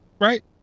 Right